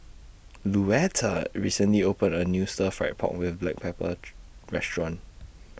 Luetta recently opened A New Stir Fried Pork with Black Pepper Restaurant